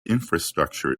infrastructure